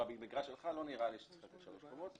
במגרש שלך לא נראה לי שצריכות להיות שלוש קומות.